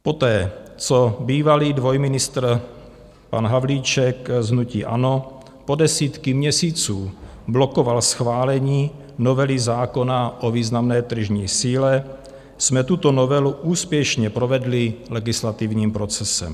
Poté co bývalý dvojministr pan Havlíček z hnutí ANO po desítky měsíců blokoval schválení novely zákona o významné tržní síle, jsme tuto novelu úspěšně provedli legislativním procesem.